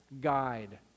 guide